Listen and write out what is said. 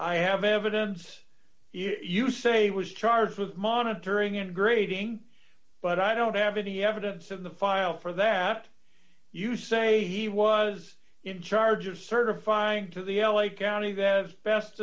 i have evidence you say was charged with monitoring and grading but i don't have any evidence of the file for that you say he was in charge of certifying to the l a county that as best